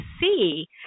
see